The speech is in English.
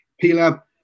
P-Lab